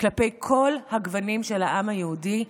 כלפי כל הגוונים של העם היהודי.